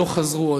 לא חזרו עוד.